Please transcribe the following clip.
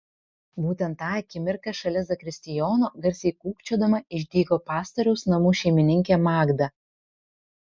būtent tą akimirką šalia zakristijono garsiai kūkčiodama išdygo pastoriaus namų šeimininkė magda